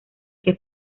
que